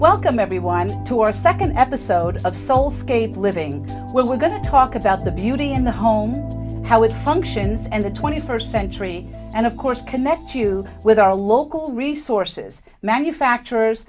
welcome everyone to our second episode of soul scape living well we're going to talk about the beauty in the home how it functions and the twenty first century and of course connect you with our local resources manufacturers